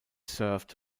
served